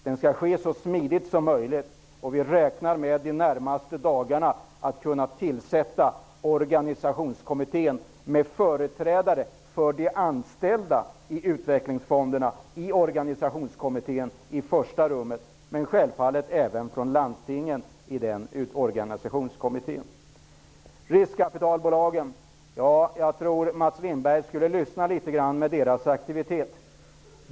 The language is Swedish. Den skall ske så smidigt som möjligt, och vi räknar med att de närmaste dagarna kunna tillsätta organisationskommittén, i första rummet med företrädare för de anställda i utvecklingsfonderna men självfallet också med folk från landstingen. Mats Lindberg borde titta litet på riskkapitalbolagens aktivitet.